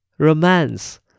romance